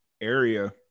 area